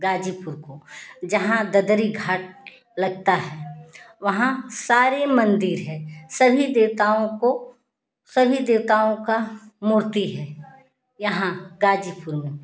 गाजीपुर को जहाँ ददरी घाट लगता है वहाँ सारे मंदिर हैं सभी देवताओं को सभी देवताओं का मूर्ति है यहाँ गाजीपुर में